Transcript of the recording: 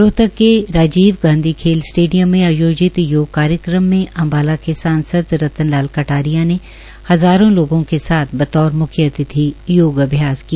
रोहतक के राजीव गांधी खेल स्टेडियम में आयोजित योग कार्यक्रम मे अम्बाला के सांसद रतन लाल कटारिया ने हजारों लोगों के साथ मुख्य अतिथि योग अभ्यास किया